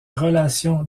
relations